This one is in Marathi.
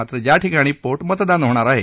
मात्र ज्या ठिकाणी पोटमतदान होणार आहे